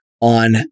on